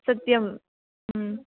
सत्यं